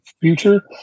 future